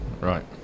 right